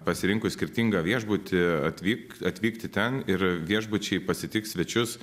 pasirinkus skirtingą viešbutį atvyk atvykti ten ir viešbučiai pasitiks svečius